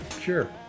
Sure